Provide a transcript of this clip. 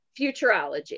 Futurology